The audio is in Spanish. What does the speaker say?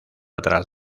atrás